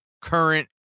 current